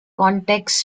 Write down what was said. context